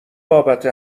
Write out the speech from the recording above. بابت